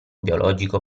biologico